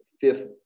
fifth